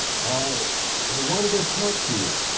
i i wanted to talk to you